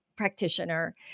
Practitioner